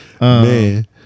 Man